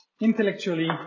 intellectually